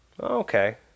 Okay